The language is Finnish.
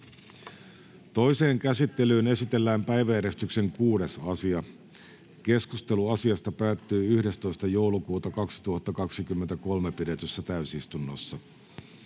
Toiseen käsittelyyn esitellään päiväjärjestyksen 10. asia. Keskustelu asiasta päättyi 11.12.2023 pidetyssä täysistunnossa.